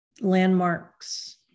landmarks